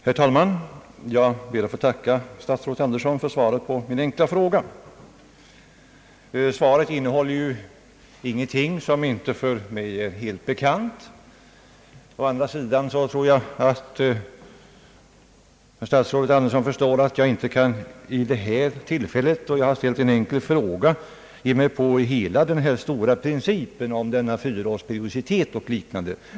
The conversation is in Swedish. Herr talman! Jag ber att få tacka statsrådet Andersson för svaret på min enkla fråga. Svaret innehåller ingenting som inte är för mig helt bekant. Å andra sidan tror jag att herr statsrådet Andersson förstår att jag vid detta tillfälle då jag ställt en enkel fråga inte kan ge mig på hela den stora principen om fyraårsperiodiciteten och liknande.